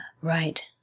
Right